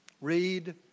Read